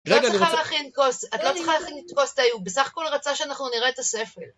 את לא צריכה להכין את קוסטאי, הוא בסך הכל רצה שאנחנו נראה את הספר.